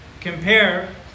compare